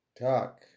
talk